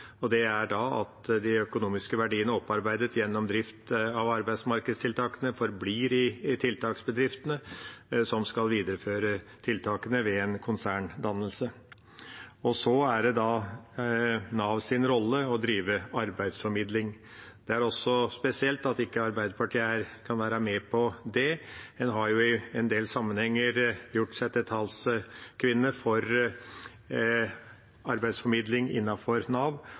Det ene er at de økonomiske verdiene opparbeidet gjennom drift av arbeidsmarkedstiltakene forblir i tiltaksbedriftene som skal videreføre tiltakene ved en konserndannelse. Så er det et forslag om Navs rolle i å drive arbeidsformidling, og det er også spesielt at ikke Arbeiderpartiet kan være med på det. En har jo i en del sammenhenger gjort seg til talskvinne for arbeidsformidling innenfor Nav,